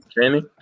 Jamie